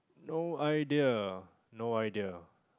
no idea no idea